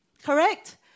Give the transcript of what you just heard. Correct